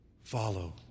follow